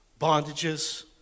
bondages